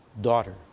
daughter